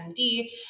MD